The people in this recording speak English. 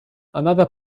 another